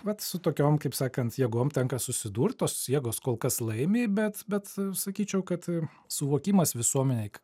vat su tokiom kaip sakant jėgom tenka susidurt tos jėgos kol kas laimi bet bet sakyčiau kad suvokimas visuomenėje